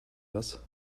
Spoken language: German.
was